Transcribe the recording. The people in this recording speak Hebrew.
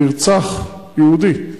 נרצח יהודי.